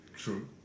true